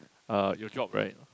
uh your job right